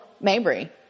Mabry